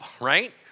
right